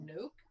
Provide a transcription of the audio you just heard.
Nope